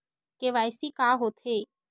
KYC का होथे?